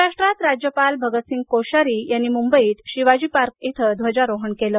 महाराष्ट्रात राज्यपाल भगतसिंग कोश्यारी यांनी मुंबईत शिवाजी पार्क इथं ध्वजारोहण केलं